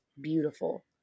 beautiful